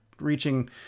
reaching